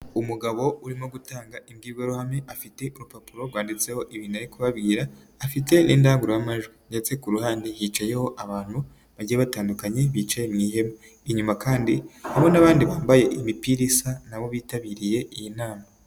Umugabo urimo gutanga imbwirwaruhame afite urupapuro rwanditseho ibintu ari kubabwira, afite n'indangururamajwi ndetse ku ruhande hicayeho abantu bagiye batandukanye bicaye mu ihema, inyuma kandi hariho n'abandi bambaye imipira isa na bo bitabiriye iyi nama.